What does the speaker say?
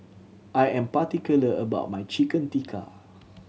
I am particular about my Chicken Tikka